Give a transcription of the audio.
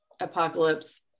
apocalypse